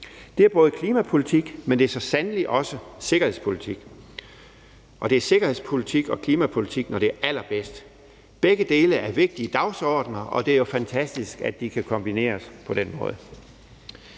Det er både klimapolitik, men det er så sandelig også sikkerhedspolitik, og det er sikkerhedspolitik og klimapolitik, når det er allerbedst. Begge dele er vigtige dagsordener, og det er jo fantastisk, at de kan kombineres på den måde.